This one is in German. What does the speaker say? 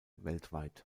weltweit